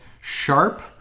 sharp